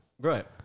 right